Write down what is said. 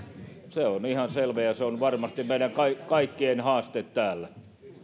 se on ihan selvä ja ja se on varmasti meidän kaikkien haaste täällä